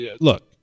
look